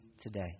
today